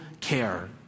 care